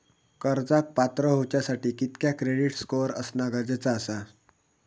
कर्जाक पात्र होवच्यासाठी कितक्या क्रेडिट स्कोअर असणा गरजेचा आसा?